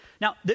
Now